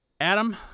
Adam